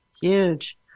Huge